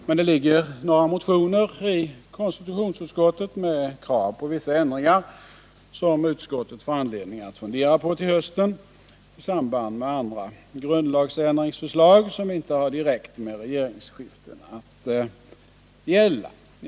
Men det föreligger några motioner i konstitutionsutskottet med krav på vissa ändringar, som utskottet får anledning att fundera på till hösten i samband med andra grundlagsändringsförslag som inte har direkt med regeringsskiften att göra.